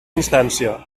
instància